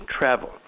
travel